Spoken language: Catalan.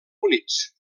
units